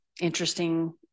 interesting